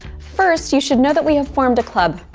first, you should know that we have formed a club.